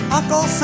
Uncle